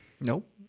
Nope